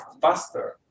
faster